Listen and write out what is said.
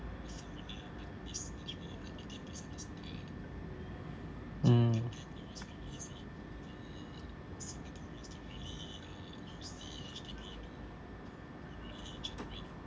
mm